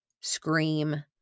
scream